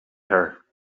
her